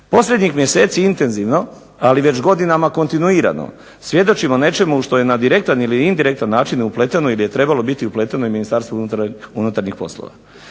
Posljednjih mjeseci intenzivno, ali već godinama kontinuirano svjedočimo nečemu što je na direktan ili indirektan način upleteno ili je trebalo biti upleteno i MUP. Tu mislim